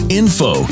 info